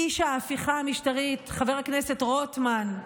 איש ההפיכה המשטרית, חבר הכנסת רוטמן,